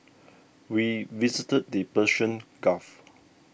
we visited the Persian Gulf